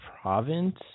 province